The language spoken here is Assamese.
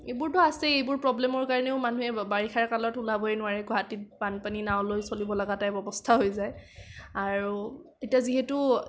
এইবোৰতো আছেই এইবোৰ প্ৰবলেমৰ কাৰণেও মানুহে বাৰিষাৰ কালত ওলাবই নোৱাৰে গুৱাহাটীত বানপানী নাঁও লৈ চলিবলগীয়া টাইপ অৱস্থা হৈ যায় আৰু এতিয়া যিহেতু